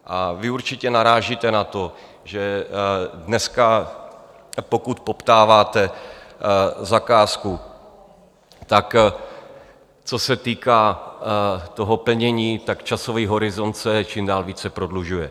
A vy určitě narážíte na to, že dneska pokud poptáváte zakázku, co se týká toho plnění, tak časový horizont se čím dál více prodlužuje.